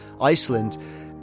Iceland